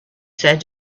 said